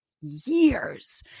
years